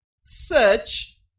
search